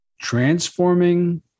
transforming